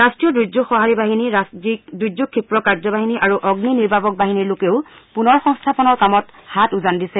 ৰাষ্ট্ৰীয় দুৰ্যোগ সঁহাৰি বাহিনী ৰাজ্যিক দুৰ্যোগ ক্ষীপ্ৰ কাৰ্যবাহিনী আৰু অগ্নি নিৰ্বাপক বাহিনীৰ লোকেও পুনৰ সংস্থাপনৰ কামত হাত উজান দিছে